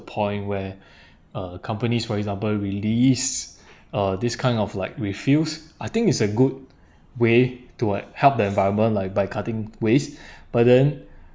point where uh companies for example release uh this kind of like refills I think it's a good way to help the environment like by cutting waste but then